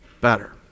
better